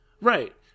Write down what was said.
Right